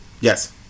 yes